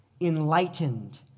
enlightened